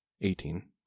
Eighteen